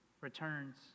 returns